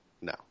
No